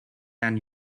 and